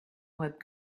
web